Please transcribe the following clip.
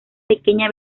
pequeña